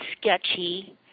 sketchy